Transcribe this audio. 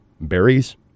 berries